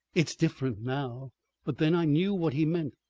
it's different now but then i knew what he meant.